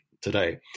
today